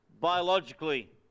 biologically